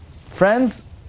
Friends